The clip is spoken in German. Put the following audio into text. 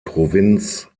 provinz